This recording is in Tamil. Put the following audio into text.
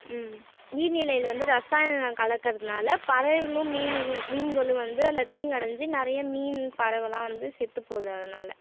ம் நீர் நிலையில் வந்து ரசாயனம் கலக்கிறதுனால பறவைகளும் மீன்களும் மீன்களும் வந்து அதில் தீங்கு அடைஞ்சு நிறைய மீன் பறவைலாம் வந்து செத்துப்போகுது அதனால்